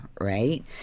right